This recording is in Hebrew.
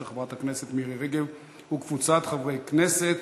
של חברת הכנסת מירי רגב וקבוצת חברי כנסת,